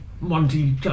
Monty